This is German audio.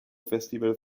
festival